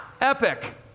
Epic